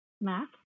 Math